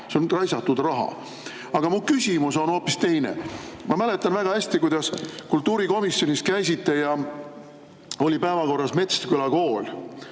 See on raisatud raha. Aga mu küsimus on hoopis teine. Ma mäletan väga hästi, kuidas te kultuurikomisjonis käisite ja oli päevakorras Metsküla kool.